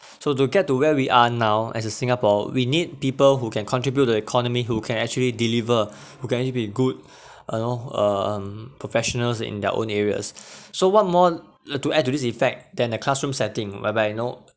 so to get to where we are now as a singapore we need people who can contribute to the economy who can actually deliver who can it be good you know uh um professionals in their own areas so what more to add to this effect than the classroom setting whereby you know